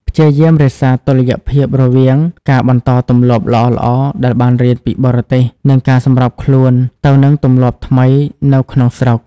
ព្យាយាមរក្សាតុល្យភាពរវាងការបន្តទម្លាប់ល្អៗដែលបានរៀនពីបរទេស និងការសម្របខ្លួនទៅនឹងទម្លាប់ថ្មីនៅក្នុងស្រុក។